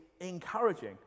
encouraging